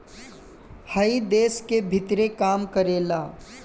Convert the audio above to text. हइ देश के भीतरे काम करेला